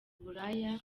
uburaya